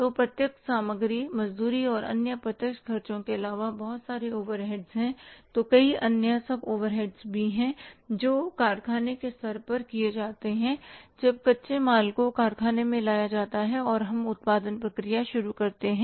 तो प्रत्यक्ष सामग्री मजदूरी और अन्य प्रत्यक्ष खर्चों के अलावा बहुत सारे ओवरहेड्स हैं तो कई अन्य सबओवरहेड्स भी हैं जो कारखाने के स्तर पर किए जाते हैं जब कच्चे माल को कारखाने में ले जाया जाता है और हम उत्पादन प्रक्रिया शुरू करते हैं